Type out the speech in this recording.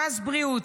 מס בריאות.